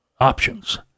options